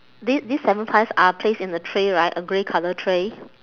thi~ these seven pies are placed in a tray right a grey colour tray